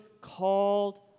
called